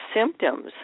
symptoms